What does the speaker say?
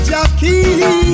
Jackie